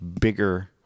bigger